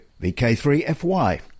VK3FY